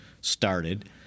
started